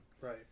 Right